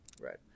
Right